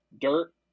dirt